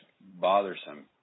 bothersome